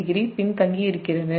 870 பின்தங்கியிருக்கிறது